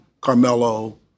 Carmelo